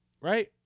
Right